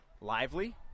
Lively